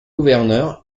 gouverneur